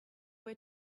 were